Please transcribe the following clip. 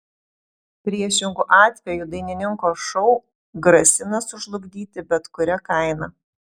priešingu atveju dainininko šou grasina sužlugdyti bet kuria kaina